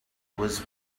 was